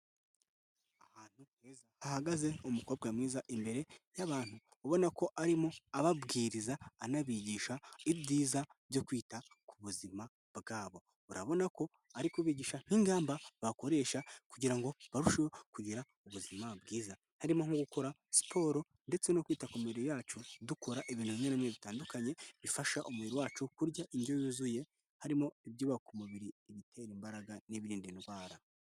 Ahantu heza hahagaze umukobwa mwiza imbere y'abantu ubona ko arimo ababwiriza anabigisha ibyiza byo kwita ku buzima bwabo urabona ko ari kubigisha ingamba bakoresha kugira ngo barusheho kugira ubuzima bwiza. harimo nko gukora siporo ndetse, no kwita ku mibiri yacu dukora ibintu binyuranye bitandukanye bifasha umubiri wacu, kurya indyo yuzuye, harimo ibyubaka umubiri, ibitera imbaraga n'ibirinda indwara.